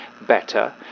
better